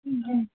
जी